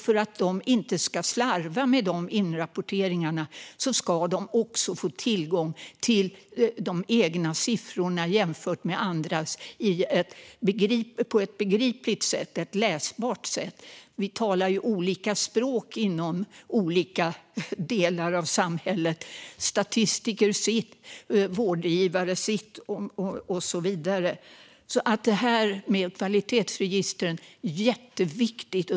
För att man inte ska slarva med inrapporteringarna ska man på ett begripligt och läsbart sätt få tillgång till de egna siffrorna och kunna jämföra dem med andras. Vi talar ju olika språk inom olika delar av samhället. Statistiker har sitt, vårdgivare sitt och så vidare. Kvalitetsregistret är jätteviktigt.